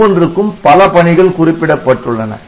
ஒவ்வொன்றுக்கும் பல பணிகள் குறிப்பிடப்பட்டுள்ளன